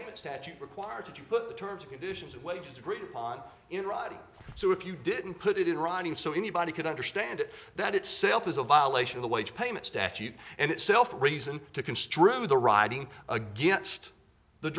payment statute requires that you put the terms and conditions wages group on in writing so if you didn't put it in writing so anybody could understand it that itself is a violation of the wage payment statute and itself reason to construe the riding against the